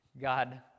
God